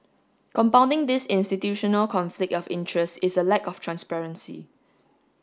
compounding this institutional conflict of interest is a lack of transparency